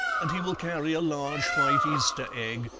and he will carry a large white easter egg,